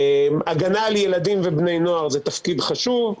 הגנה על ילדים ובני נוער זה תפקיד חשוב,